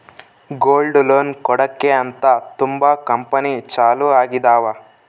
gold loan ಕೊಡಕ್ಕೆ ಅಂತ ತುಂಬಾ ಕಂಪೆನಿ ಚಾಲೂ ಆಗಿದಾವ